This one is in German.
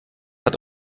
hat